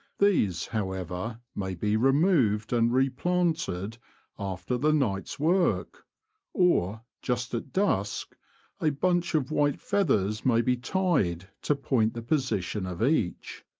these, however, may be removed and re planted after the night's work or, just at dusk a bunch of white feathers may be tied to point the position of each.